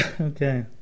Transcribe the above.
Okay